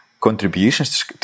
Contributions